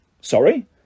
Sorry